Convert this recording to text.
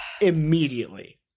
Immediately